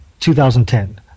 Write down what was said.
2010